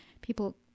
people